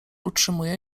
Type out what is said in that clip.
utrzymuje